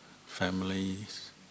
families